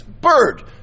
bird